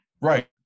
Right